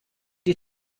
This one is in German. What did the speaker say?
die